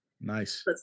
Nice